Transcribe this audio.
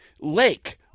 Lake